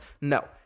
No